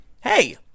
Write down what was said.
hey